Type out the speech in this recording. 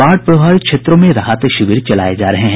बाढ़ प्रभावित क्षेत्रों में राहत शिविर चलाये जा रहे हैं